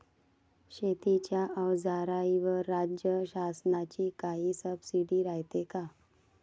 शेतीच्या अवजाराईवर राज्य शासनाची काई सबसीडी रायते का?